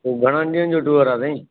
पोइ घणनि ॾींहनि जो टूअर आहे साईं